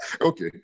Okay